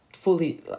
Fully